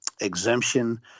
exemption